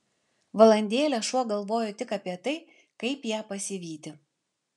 valandėlę šuo galvojo tik apie tai kaip ją pasivyti